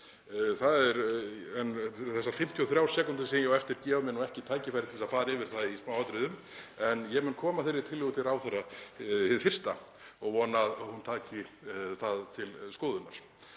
Þessar 53 sekúndur sem ég á eftir gefa mér nú ekki tækifæri til að fara yfir það í smáatriðum en ég mun koma þeirri tillögu til ráðherra hið fyrsta og vona að hún taki hana til skoðunar.